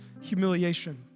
humiliation